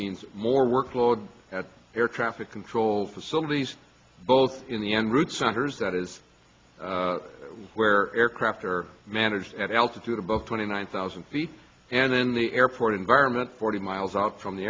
means more workload at air traffic control facilities both in the enroute centers that is where aircraft are managed at altitude above twenty nine thousand feet and then the airport environment forty miles out from the